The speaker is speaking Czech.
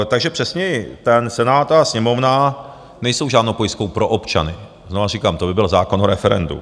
Takže přesněji, ten Senát a Sněmovna nejsou žádnou pojistkou pro občany, znovu říkám, to by byl zákon o referendu.